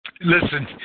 Listen